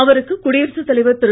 அவருக்கு குடியரசுத் தலைவர் திரு